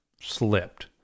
slipped